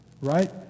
right